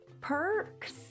perks